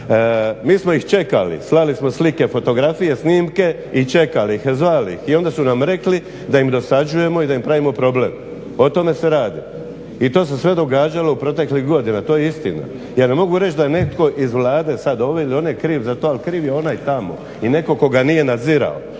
mi smo ih čekali, slali smo slike, fotografije, snimke, i čekali, zvali ih i onda smo im rekli da im dosađujemo i da im pravimo problem. O tome se radi i to se sve događalo proteklih godina to je istina. Ja ne mogu reć da netko iz Vlade sad ove ili one kriv za to, ali kriv je onaj tamo i netko tko ga nije nadzirao.